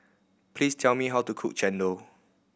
please tell me how to cook chendol